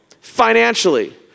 financially